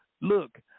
look